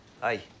Hi